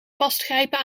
vastgrijpen